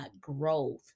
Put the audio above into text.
growth